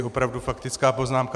Opravdu faktická poznámka.